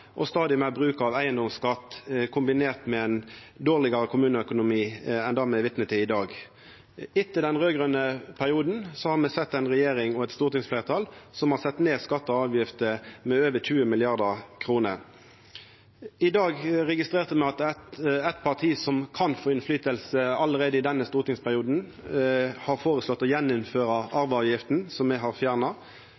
og stadig meir bruk av eigedomsskatt kombinert med ein dårlegare kommuneøkonomi enn det me er vitne til i dag. Etter den raud-grøne perioden har me sett ei regjering og eit stortingsfleirtal som har sett ned skattar og avgifter med meir enn 20 mrd. kr. I dag registrerte me at eit parti som kan få innverknad allereie i denne stortingsperioden, har føreslått å